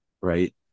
right